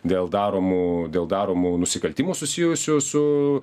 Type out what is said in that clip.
dėl daromų dėl daromų nusikaltimų susijusių su